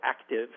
active